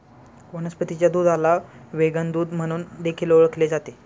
वनस्पतीच्या दुधाला व्हेगन दूध म्हणून देखील ओळखले जाते